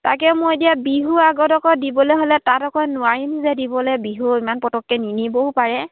তাকে মই এতিয়া বিহু আগত আকৌ দিবলৈ হ'লে তাত আকৌ নোৱাৰিম যে দিবলৈ বিহু ইমান পটককৈ নিনিবও পাৰে